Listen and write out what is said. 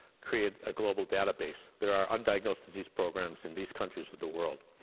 create a global database. there are undiagnosed disease programs in these countries of the world.